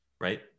right